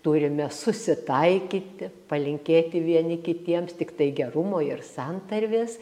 turime susitaikyti palinkėti vieni kitiems tiktai gerumo ir santarvės